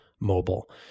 Mobile